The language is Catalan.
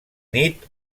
nit